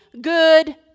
good